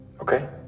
Okay